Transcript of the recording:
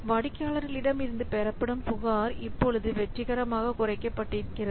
வாடிக்கையாளர்களிடம் இருந்து பெறப்படும் புகார் இப்பொழுது வெற்றிகரமாக குறைக்கப்பட்டிருக்கிறது